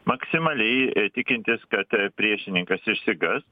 maksimaliai tikintis kad priešininkas išsigąs